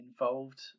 involved